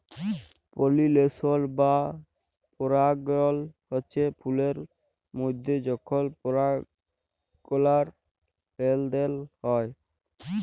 পালিলেশল বা পরাগায়ল হচ্যে ফুলের মধ্যে যখল পরাগলার লেলদেল হয়